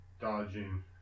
dodging